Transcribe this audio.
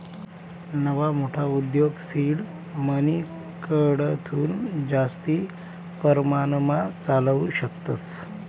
नवा मोठा उद्योग सीड मनीकडथून जास्ती परमाणमा चालावू शकतस